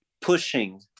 pushing